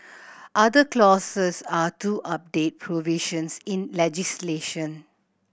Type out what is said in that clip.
other clauses are to update provisions in legislation